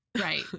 Right